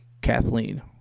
Kathleen